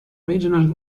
regional